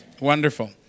Wonderful